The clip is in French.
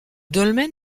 dolmen